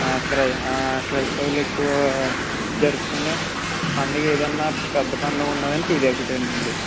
cry క్రైస్తవులు ఎక్కువ జరుపుకునే పండగ ఏదన్నాపెద్ద పండగ ఉన్నదంటే ఇది ఒకటేనండి